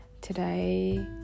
today